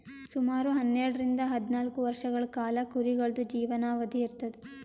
ಸುಮಾರ್ ಹನ್ನೆರಡರಿಂದ್ ಹದ್ನಾಲ್ಕ್ ವರ್ಷಗಳ್ ಕಾಲಾ ಕುರಿಗಳ್ದು ಜೀವನಾವಧಿ ಇರ್ತದ್